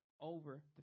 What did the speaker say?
over